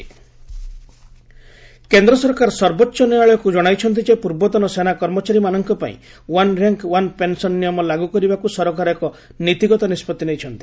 SC OROP କେନ୍ଦ୍ର ସରକାର ସର୍ବୋଚ୍ଚ ନ୍ୟାୟାଳୟକୁ ଜଣାଇଚନ୍ତି ଯେ ପୂର୍ବତନ ସେନା କର୍ମଚାରୀମାନଙ୍କ ପାଇଁ ୱାନ୍ ର୍ୟାଙ୍କ୍ ୱାନ୍ ପେନ୍ସନ୍ ନିୟମ ଲାଗୁ କରିବାକୁ ସରକାର ଏକ ନୀତିଗତ ନିଷ୍ପଭି ନେଇଛନ୍ତି